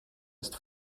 ist